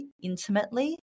intimately